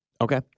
Okay